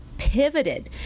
Pivoted